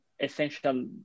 essential